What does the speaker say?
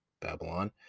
babylon